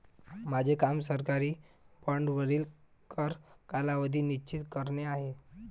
माझे काम सरकारी बाँडवरील कर कालावधी निश्चित करणे आहे